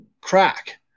crack